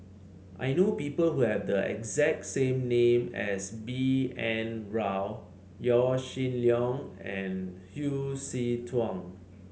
I know people who have the exact same name as B N Rao Yaw Shin Leong and Hsu Tse Kwang